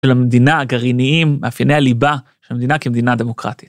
של המדינה הגרעיניים, מאפייני הליבה של המדינה כמדינה דמוקרטית.